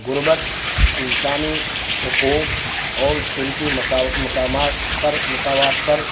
غربت انسانی حقوق اور صنفی مساوات پر مساوات پر